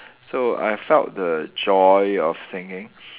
so I felt the joy of singing